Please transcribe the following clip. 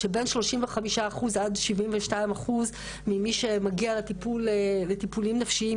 הן שבין 35 ל-72 אחוז ממי שמגיע לטיפולים נפשיים,